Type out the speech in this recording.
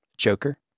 Joker